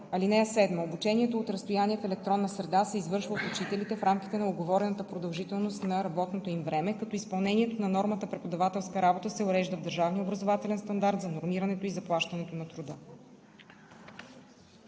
(7) Обучението от разстояние в електронна среда се извършва от учителите в рамките на уговорената продължителност на работното им време, като изпълнението на нормата преподавателска работа се урежда в държавния образователен стандарт за нормирането и заплащането на труда.“